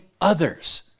others